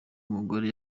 mugore